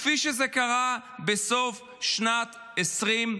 כפי שזה קרה בסוף שנת 2020,